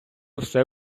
все